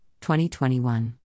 2021